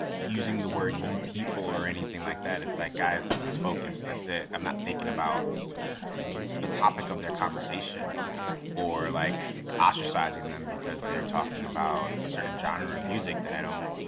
using the words you people or anything like that. it's like, guys, let's focus that's it. i'm not thinking about the topic of their conversation or like ostracizing them because they're talking about a certain genre of music that i don't